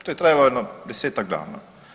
To je trajalo jedno 10-tak dana.